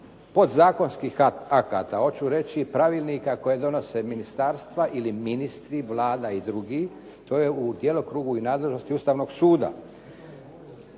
podzakonskih akata, hoću reći pravilnika koje donose ministarstva ili ministri, Vlada i drugi. To je u djelokrugu i nadležnosti Ustavnog suda.